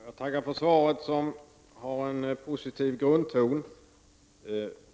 Herr talman! Jag tackar för svaret, som har en positiv grundton.